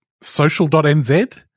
social.nz